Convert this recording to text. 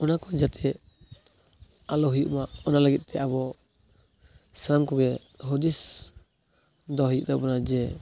ᱚᱱᱟ ᱠᱚ ᱡᱟᱛᱮ ᱟᱞᱚ ᱦᱩᱭᱩᱜ ᱢᱟ ᱚᱱᱟ ᱞᱟᱹᱜᱤᱫ ᱛᱮ ᱟᱵᱚ ᱥᱟᱱᱟᱢ ᱠᱚᱜᱮ ᱦᱩᱫᱤᱥ ᱫᱚᱦᱚ ᱦᱩᱭᱩᱜ ᱛᱟᱵᱚᱱᱟ ᱡᱮ